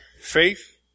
Faith